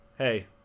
Hey